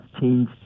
change